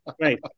Right